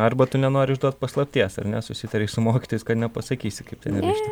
arba tu nenori išduot paslapties ar ne susitarei su mokytojais kad nepasakysi kaip ten yra iš tikrųjų